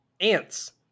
Ants